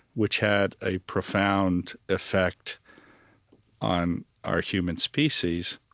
which had a profound effect on our human species.